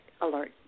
alert